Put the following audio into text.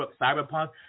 cyberpunk